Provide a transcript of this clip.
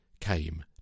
came